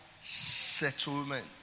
settlement